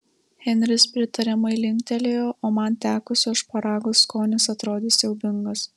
henris pritariamai linktelėjo o man tekusio šparago skonis atrodė siaubingas